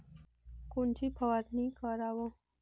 कोनची फवारणी कराव?